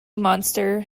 monster